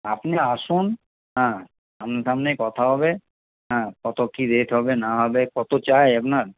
আপনি আসুন হ্যাঁ সামনাসামনি কথা হবে হ্যাঁ কত কি রেট হবে না হবে কত চাই আপনার